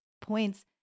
points